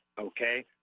okay